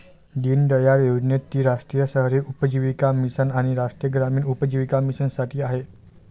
दीनदयाळ योजनेत ती राष्ट्रीय शहरी उपजीविका मिशन आणि राष्ट्रीय ग्रामीण उपजीविका मिशनसाठी आहे